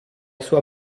sua